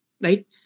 right